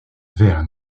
vergne